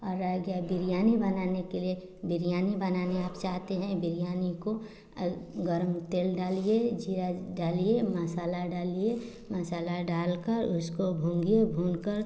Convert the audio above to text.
और रह गया बिरयानी बनाने के लिए बिरयानी बनाने आप चाहते हैं बिरयानी को गरम तेल डालिए ज़ीरा डालिए मसाला डालिए मसाला डालकर उसको भूंजिए भूनकर